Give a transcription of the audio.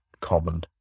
common